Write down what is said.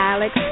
Alex